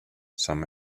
some